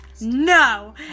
No